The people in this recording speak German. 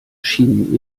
schienen